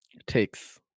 takes